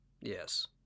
Yes